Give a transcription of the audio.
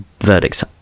verdict's